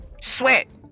sweat